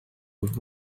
with